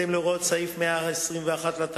תם סדר-היום.